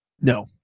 No